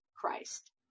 Christ